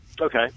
Okay